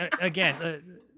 again